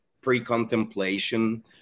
pre-contemplation